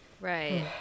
Right